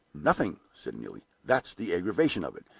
nothing! said neelie. that's the aggravation of it.